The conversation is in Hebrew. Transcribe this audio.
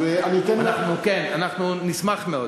כן, אנחנו נשמח מאוד.